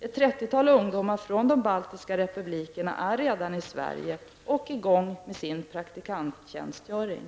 Ett trettiotal ungdomar från de baltiska republikerna är redan i Sverige och i gång med sin praktiktjänstgöring.